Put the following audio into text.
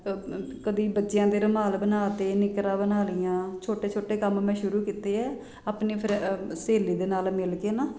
ਕਦੀ ਬੱਚਿਆਂ ਦੇ ਰੁਮਾਲ ਬਣਾ ਦਿੱਤੇ ਨਿੱਕਰਾਂ ਬਣਾ ਲਈਆਂ ਛੋਟੇ ਛੋਟੇ ਕੰਮ ਮੈਂ ਸ਼ੁਰੂ ਕੀਤੇ ਹੈ ਆਪਣੀ ਫਿਰ ਸਹੇਲੀ ਦੇ ਨਾਲ ਮਿਲ ਕੇ ਨਾ